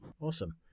Awesome